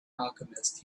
alchemist